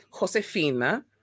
Josefina